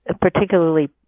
particularly